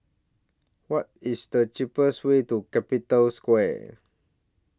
What IS The cheapest Way to Capital Square